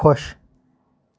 خۄش